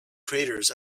craters